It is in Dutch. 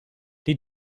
die